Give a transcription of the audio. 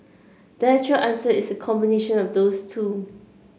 the actual answer is combination of those two